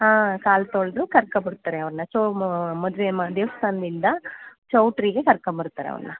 ಹಾಂ ಕಾಲು ತೊಳೆದು ಕರ್ಕೋ ಬರ್ತಾರೆ ಅವ್ರನ್ನ ಚೊ ಮೋ ಮದುವೆ ದೇವಸ್ಥಾನ್ದಿಂದ ಚೌಟ್ರಿಗೆ ಕರ್ಕಂಡ್ಬರ್ತಾರೆ ಅವ್ರನ್ನ